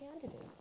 candidate